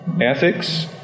ethics